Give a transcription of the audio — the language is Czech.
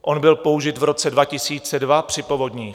On byl použit v roce 2002 při povodních.